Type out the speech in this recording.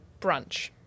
brunch